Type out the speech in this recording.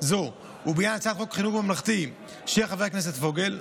זו ובעניין הצעת חוק חינוך ממלכתי של חבר הכנסת פוגל,